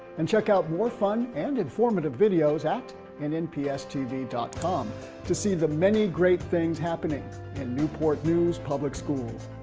and check out more fun and informative videos at nnpstv dot com to see the many great things happening in newport news public schools.